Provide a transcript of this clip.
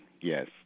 yes